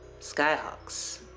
Skyhawks